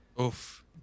Oof